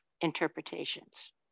interpretations